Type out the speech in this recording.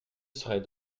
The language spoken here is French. serai